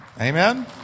Amen